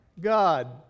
God